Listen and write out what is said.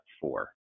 four